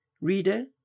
Reader